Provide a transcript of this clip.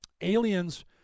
aliens